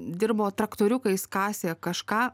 dirbo traktoriukais kasė kažką